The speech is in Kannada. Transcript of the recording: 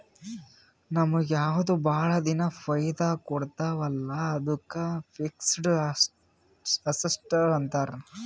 ನಮುಗ್ ಯಾವ್ದು ಭಾಳ ದಿನಾ ಫೈದಾ ಕೊಡ್ತಾವ ಅಲ್ಲಾ ಅದ್ದುಕ್ ಫಿಕ್ಸಡ್ ಅಸಸ್ಟ್ಸ್ ಅಂತಾರ್